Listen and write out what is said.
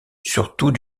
surtout